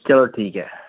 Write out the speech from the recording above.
ਚਲੋ ਠੀਕ ਹੈ